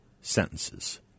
sentences